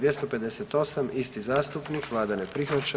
258. isti zastupnik, vlada ne prihvaća.